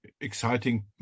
exciting